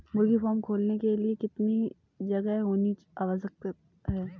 मुर्गी फार्म खोलने के लिए कितनी जगह होनी आवश्यक है?